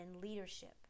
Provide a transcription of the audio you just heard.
leadership